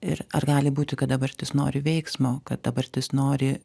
ir ar gali būti kad dabartis nori veiksmo kad dabartis nori